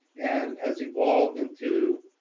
and has evolved into